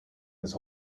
his